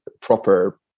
proper